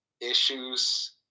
issues